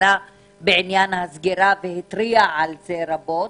שפנה בעניין הסגירה והתריע על זה רבות.